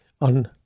on